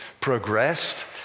progressed